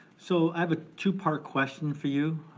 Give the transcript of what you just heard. so i have a two-part question for you.